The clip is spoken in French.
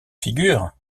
figure